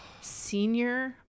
senior